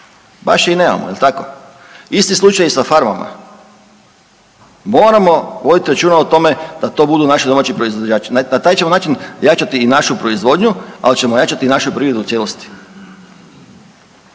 Baš je i nemamo, jel tako. Isti slučaj i s farmama, moramo voditi računa o tome da to budu naši domaći proizvođači, na taj ćemo način jačati i našu proizvodnju al ćemo jačati i našu prirodu u cijelosti.